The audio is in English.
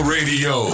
Radio